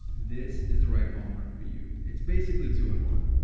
this is the right bomber for you. it's basically two in one.